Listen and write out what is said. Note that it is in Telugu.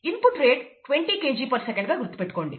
ఇన్పుట్ రేట్ 20 Kgsec గా గుర్తు పెట్టుకోండి